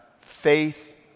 faith